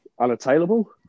unattainable